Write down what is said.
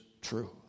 true